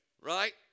Right